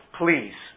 please